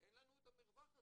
אין לנו את המרווח הזה,